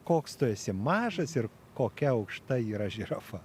koks tu esi mažas ir kokia aukšta yra žirafa